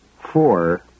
four